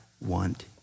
want